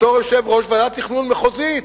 בתור יושב-ראש ועדת תכנון מחוזית.